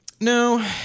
No